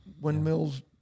windmills